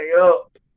up